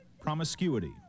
Promiscuity